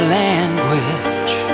language